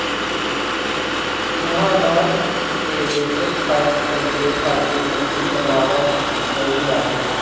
इहा अनाज के बेचे खरीदे खातिर मंडी बनावल गइल बाटे